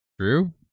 True